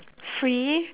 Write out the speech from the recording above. free